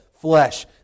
flesh